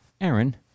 Aaron